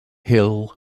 hill